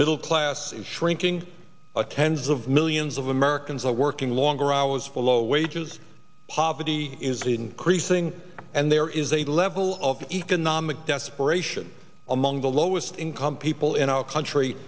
middle class is shrinking a tens of millions of americans are working longer hours follow wages poverty is increasing and there is a level of economic desperation among the lowest income people in our country